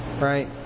Right